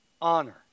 honor